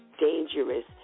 dangerous